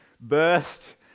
burst